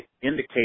indicate